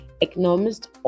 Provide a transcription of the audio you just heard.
Economist